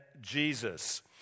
Jesus